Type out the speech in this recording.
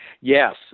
Yes